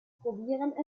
probieren